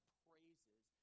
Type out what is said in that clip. praises